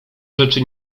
rzeczy